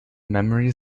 memory